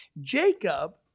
Jacob